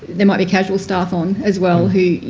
there might be casual staff on as well who,